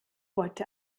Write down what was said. wollte